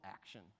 action